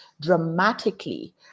dramatically